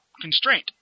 constraint